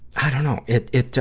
i dunno. it, it,